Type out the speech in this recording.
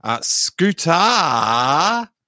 Scooter